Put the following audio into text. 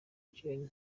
gen